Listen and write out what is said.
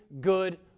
good